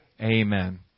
Amen